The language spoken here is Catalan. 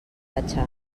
pachá